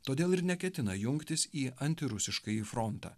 todėl ir neketina jungtis į antirusiškąjį frontą